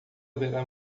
haverá